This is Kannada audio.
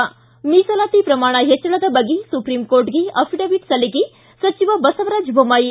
ಿ ಮೀಸಲಾತಿ ಪ್ರಮಾಣ ಹೆಚ್ಚಳದ ಬಗ್ಗೆ ಸುಪ್ರೀಂಕೋರ್ಟ್ಗೆ ಅಫಿಡವಿಟ್ ಸಲ್ಲಿಕೆ ಸಚಿವ ಬಸವರಾಜ್ ಬೊಮ್ಮಾಯಿ